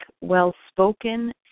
well-spoken